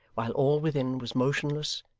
while all within was motionless,